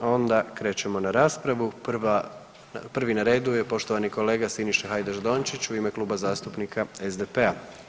Onda krećemo na raspravu, prvi na redu je poštovani kolega Siniša Hajdaš Dončić u ime Kluba zastupnika SDP-a.